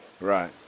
Right